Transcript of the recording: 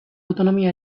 autonomia